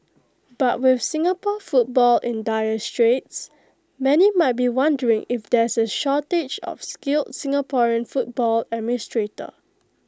but with Singapore football in dire straits many might be wondering if there's A shortage of skilled Singaporean football administrators